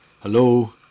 Hello